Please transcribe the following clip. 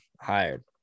hired